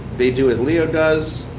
they do as leo does.